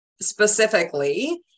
Specifically